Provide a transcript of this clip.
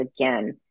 again